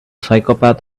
psychopath